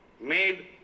made